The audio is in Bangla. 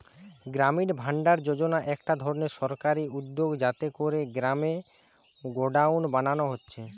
গ্রামীণ ভাণ্ডার যোজনা একটা ধরণের সরকারি উদ্যগ যাতে কোরে গ্রামে গোডাউন বানানা হচ্ছে